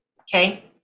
Okay